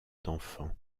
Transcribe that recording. d’enfant